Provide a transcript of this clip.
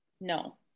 No